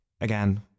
Again